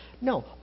No